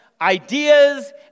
ideas